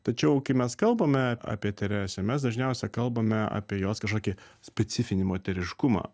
tačiau kai mes kalbame apie teresę mes dažniausia kalbame apie jos kažkokį specifinį moteriškumą